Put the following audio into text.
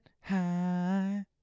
high